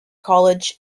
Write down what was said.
college